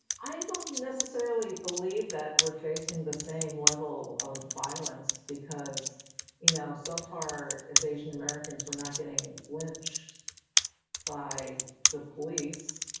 i don't necessarily believe that we're facing the same level of violence, because you know so far as asian americans we're not getting lynched by the police,